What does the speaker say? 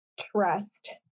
trust